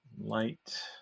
light